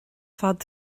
fad